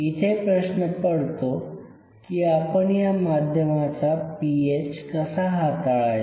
इथे प्रश्न पडतो की आपण या माध्यमाचा पीएच कसा हाताळायचा